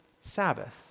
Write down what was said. Sabbath